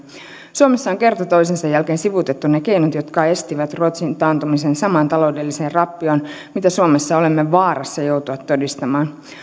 suomessa on kerta toisensa jälkeen sivuutettu ne keinot jotka estivät ruotsin taantumisen samaan taloudelliseen rappioon mitä suomessa olemme vaarassa joutua todistamaan